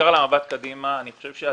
במבט קדימה, אני חושב שהדגש,